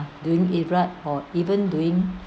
doing it right or even doing